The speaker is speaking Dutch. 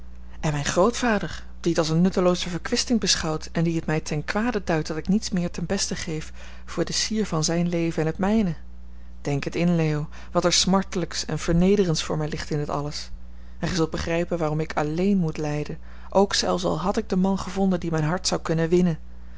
en mijn grootvader die het als een nuttelooze verkwisting beschouwt en die het mij ten kwade duidt dat ik niets meer ten beste geef voor de sier van zijn leven en het mijne denk het in leo wat er smartelijks en vernederends voor mij ligt in dat alles en gij zult begrijpen waarom ik alleen moet lijden ook zelfs al had ik den man gevonden die mijn hart zou kunnen winnen